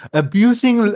abusing